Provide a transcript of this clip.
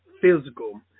physical